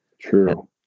True